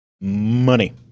Money